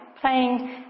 playing